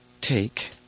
take